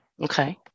okay